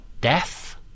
death